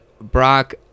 Brock